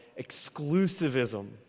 exclusivism